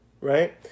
right